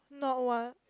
not what